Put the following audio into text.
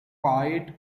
fight